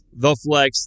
theflex